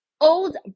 old